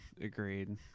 agreed